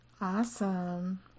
Awesome